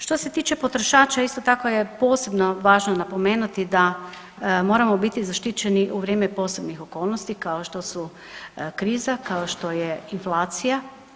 Što se tiče potrošača isto tako je posebno važno napomenuti da moramo biti zaštićeni u vrijeme posebnih okolnosti kao što su kriza, kao što su inflacija.